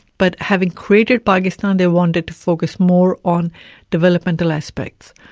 but having created pakistan, they wanted to focus more on developmental aspects.